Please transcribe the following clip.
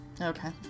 Okay